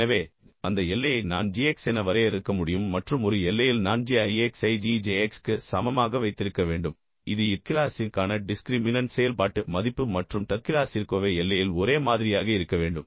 எனவே அந்த எல்லையை நான் g x என வரையறுக்க முடியும் மற்றும் ஒரு எல்லையில் நான் g i x ஐ g j x க்கு சமமாக வைத்திருக்க வேண்டும் இது ith கிளாசிற்கான டிஸ்க்ரிமினன்ட் செயல்பாட்டு மதிப்பு மற்றும் jth கிளாசிற்கு அவை எல்லையில் ஒரே மாதிரியாக இருக்க வேண்டும்